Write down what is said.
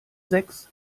sechs